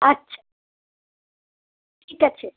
আচ্ছা ঠিক আছে